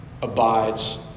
abides